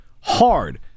hard